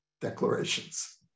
declarations